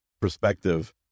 perspective